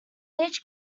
each